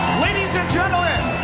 ladies and gentlemen,